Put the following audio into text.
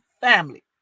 family